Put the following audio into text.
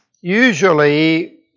usually